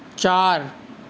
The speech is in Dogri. चार